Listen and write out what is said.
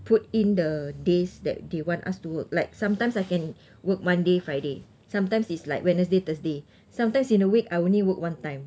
put in the days that they want us to work like sometimes I can work monday friday sometimes it's like wednesday thursday sometimes in a week I only work one time